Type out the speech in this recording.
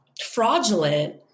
fraudulent